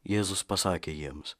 jėzus pasakė jiems